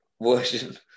version